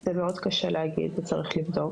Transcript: זה מאוד קשה להגיד, זה צריך לבדוק.